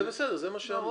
זה מה שאמרנו,